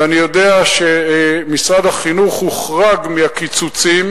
ואני יודע שמשרד החינוך הוחרג מהקיצוצים,